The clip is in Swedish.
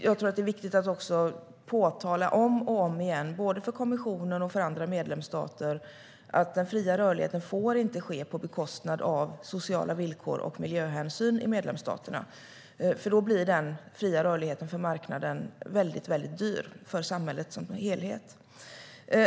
Jag tror att det är viktigt att påtala om och om igen, både för kommissionen och för andra medlemsstater, att den fria rörligheten inte får finnas på bekostnad av sociala villkor och miljöhänsyn i medlemsstaterna, för då blir den fria rörligheten för marknaden väldigt dyr för samhället som helhet.